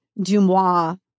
Dumois